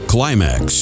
Climax